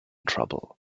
trouble